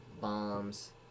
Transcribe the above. bombs